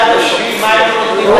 מה לעשות שגררנו את זה עד,